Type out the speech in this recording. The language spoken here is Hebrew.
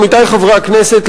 עמיתי חברי הכנסת,